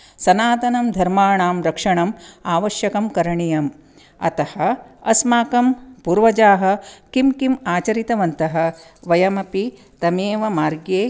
सनातनं धर्माणां रक्षाणाम् आवश्यकं करणीयम् अतः अस्माकं पूर्वजाः किं किम् आचरितवन्तः वयमपि तमेव मार्गे